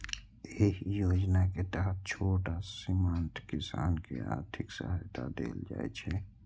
एहि योजना के तहत छोट आ सीमांत किसान कें आर्थिक सहायता देल जाइ छै